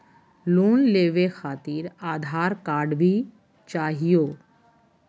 Loan लेवे खातिरआधार card भी चाहियो?